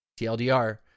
TLDR